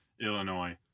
Illinois